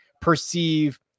perceive